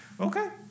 Okay